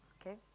Okay